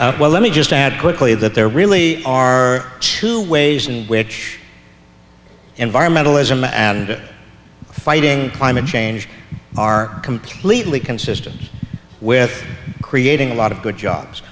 well let me just add quickly that there really are two ways which environmentalism and fighting climate change are completely consistent with creating a lot of good jobs